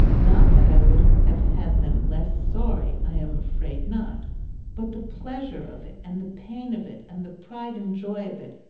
not that i would have had them less sorry i am afraid not but the pleasure of it, and the pain of it, and the pride and joy of it,